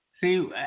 see